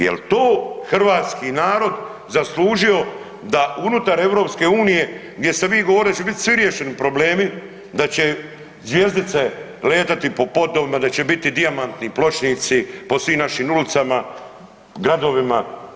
Jel to hrvatski narod zaslužio da unutar EU gdje ste vi govorili da će bit svi riješeni problemi, da će zvjezdice letati po podovima, da će biti dijamantni pločnici po svim našim ulicama, gradovima?